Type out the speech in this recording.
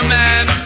man